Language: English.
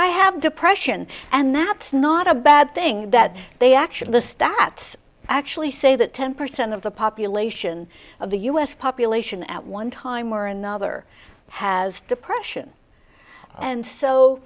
i have depression and that's not a bad thing that they actually the stats actually say that ten percent of the population of the us population at one time or another has depression and so